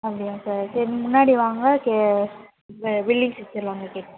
அப்படியா சார் சரி நீங்கள் முன்னாடி வாங்க பில்லிங் செக்ஸனில் வாங்க கேட்கலாம்